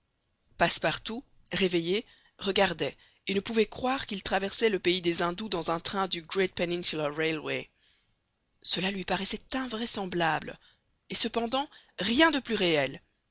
passepartout réveillé regardait et ne pouvait croire qu'il traversait le pays des indous dans un train du great peninsular railway cela lui paraissait invraisemblable et cependant rien de plus réel